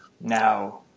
Now